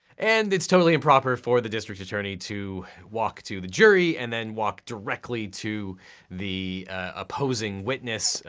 and it's totally improper for the district attorney to walk to the jury and then walk directly to the opposing witness,